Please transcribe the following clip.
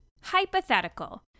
hypothetical